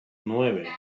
nueve